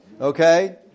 Okay